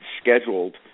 scheduled